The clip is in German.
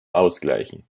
ausgleichen